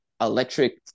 electric